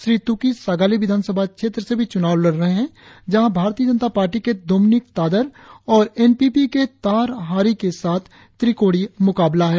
श्री तुकी सागाली विधानसभा क्षेत्र से भी चुनाव लड़ रहे है जहाँ भारतीय जनता पार्टी के दोमिनिक तादर और एन पी पी के तार्ह हारी के साथ त्रिकोणीय मुकाबला है